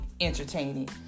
entertaining